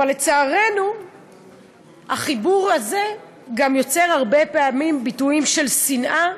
אבל לצערנו החיבור הזה גם יוצר הרבה פעמים ביטויים של שנאה,